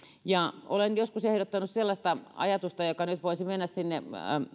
olen joskus ehdottanut tästä eläinten hyvinvointilaista sellaista ajatusta joka voisi nyt mennä sinne